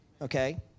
okay